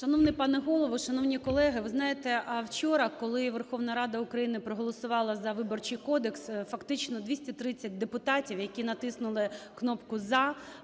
Шановний пане Голово, шановні колеги! Ви знаєте, вчора, коли Верховна Рада України проголосувала за Виборчий кодекс, фактично 230 депутатів, які натиснули кнопку "за",